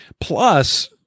Plus